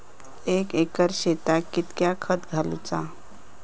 एक एकर शेताक कीतक्या खत घालूचा?